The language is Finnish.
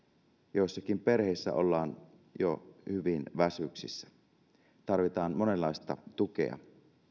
joissakin perheissä ollaan jo hyvin väsyksissä tarvitaan monenlaista tukea